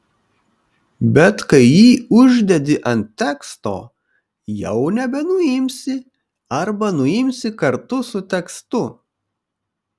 bet kai jį uždedi ant teksto jau nebenuimsi arba nuimsi kartu su tekstu